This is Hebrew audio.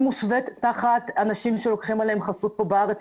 היא מוסווית תחת אנשים שלוקחים עליהן חסות פה בארץ,